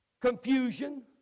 confusion